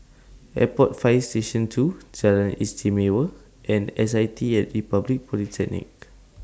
Airport Fire Station two Jalan Istimewa and S I T At Republic Polytechnic